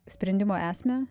sprendimo esmę